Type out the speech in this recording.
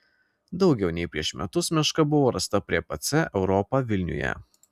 daugiau nei prieš metus meška buvo rasta prie pc europa vilniuje